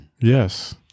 Yes